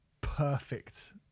perfect